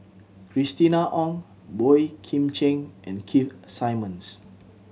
Christina Ong Boey Kim Cheng and Keith Simmons